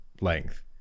length